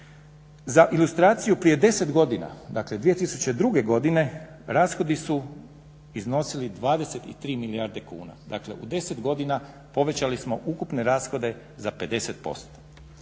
Za ilustraciju, prije 10 godina, dakle 2002. godine rashodi su iznosili 23 milijarde kuna, dakle u 10 godina povećali smo ukupne rashode za 50%.